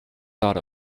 thought